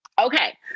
okay